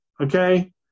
okay